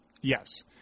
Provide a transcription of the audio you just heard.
Yes